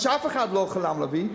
מה שאף אחד לא חלם להביא,